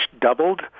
doubled